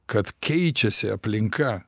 kad keičiasi aplinka